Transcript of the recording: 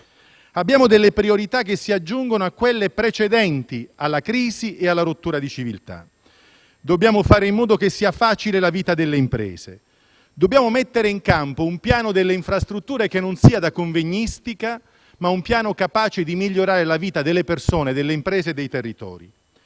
Abbiamo priorità che si aggiungono a quelle precedenti alla crisi e alla rottura di civiltà. Dobbiamo fare in modo che sia facile la vita delle imprese; dobbiamo mettere in campo un piano delle infrastrutture che non sia da convegnistica, ma che sia capace di migliorare la vita delle persone, delle imprese e dei territori;